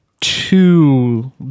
two